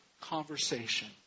conversation